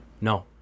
No